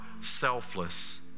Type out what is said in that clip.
selfless